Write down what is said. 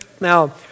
Now